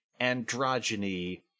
Androgyny